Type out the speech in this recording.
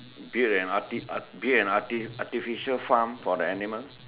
build an arty build an arty artificial farm for the animal